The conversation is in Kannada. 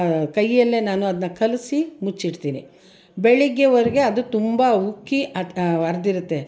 ಕೈಯ್ಯಲ್ಲೇ ನಾನು ಅದನ್ನ ಕಲಸಿ ಮುಚ್ಚಿಡ್ತೀನಿ ಬೆಳಗ್ಗೆವರೆಗೆ ಅದು ತುಂಬ ಉಕ್ಕಿ ಅದು ಅರ್ದಿರುತ್ತೆ